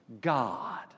God